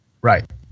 Right